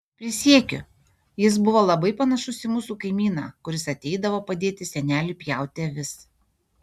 prisiekiu jis buvo labai panašus į mūsų kaimyną kuris ateidavo padėti seneliui pjauti avis